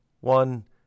one